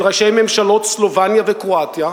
של ראשי ממשלות סלובניה וקרואטיה,